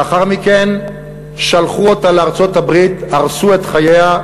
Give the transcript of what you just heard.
לאחר מכן שלחו אותה לארצות-הברית, הרסו את חייה.